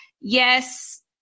yes